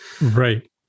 Right